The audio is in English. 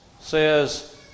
says